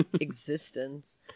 existence